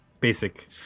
basic